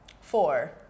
four